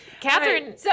Catherine